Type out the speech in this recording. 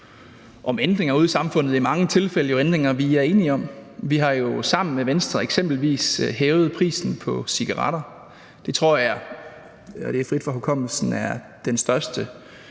ændringer ude i samfundet – i mange tilfælde ændringer, vi er enige om. Vi har jo sammen med Venstre eksempelvis hævet prisen på cigaretter. Det tror jeg, og det er frit fra hukommelsen, er den største